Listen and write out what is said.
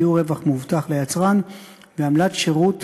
שיעור רווח מובטח ליצרן ועמלת שירות